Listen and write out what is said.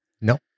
No